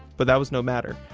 but that was no matter,